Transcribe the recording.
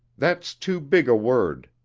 that's too big a word.